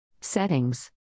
settings